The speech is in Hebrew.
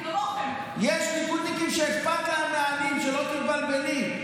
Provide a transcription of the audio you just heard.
יש ליכודניקים שאכפת להם מהעניים, שלא תתבלבלי.